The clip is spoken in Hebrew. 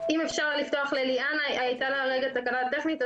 אם אפשר לפתוח לליאנה, שהייתה לה תקלה טכנית,